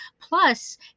Plus